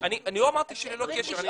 אני לא אמרתי שללא קשר.